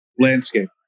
landscape